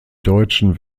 deutschen